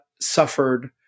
suffered